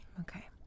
Okay